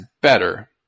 better